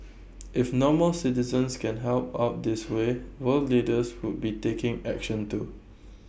if normal citizens can help out this way world leaders would be taking action too